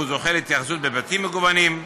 והוא זוכה להתייחסות בהיבטים מגוונים.